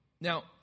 Now